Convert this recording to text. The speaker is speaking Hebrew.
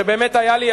שבאמת היה לי,